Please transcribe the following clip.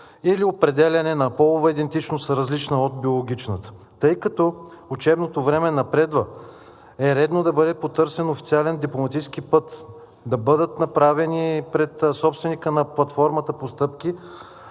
или определяне на полова идентичност, различна от биологичната. Тъй като учебното време напредва, е редно да бъде потърсен официален дипломатически път, да бъдат направени пред собственика на платформата постъпки